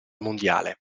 mondiale